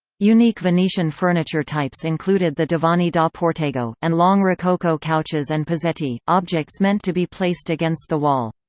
unique venetian furniture types included the divani da portego, and long rococo couches and pozzetti, objects meant to be placed against the wall.